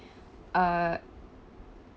uh